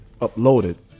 uploaded